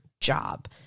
job